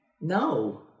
No